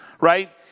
right